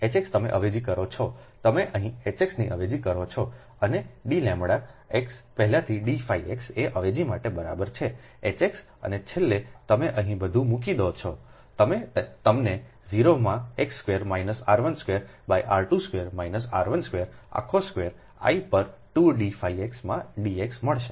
Hx તમે અવેજી કરો છો તમે અહીં Hx ને અવેજી કરો છો અને dλx પહેલાથી d x એ અવેજી માટે બરાબર છે H x અને છેલ્લે તમે અહીં બધું મૂકી દો છો તમે તમને 0 માં x square minus r1 square by r2 square minus r1 square આખો સ્ક્વેર I પર 2 d x માં dx મળશે